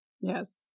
Yes